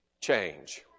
change